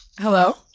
Hello